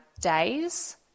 days